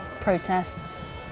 protests